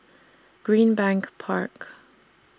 Greenbank Park